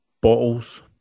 bottles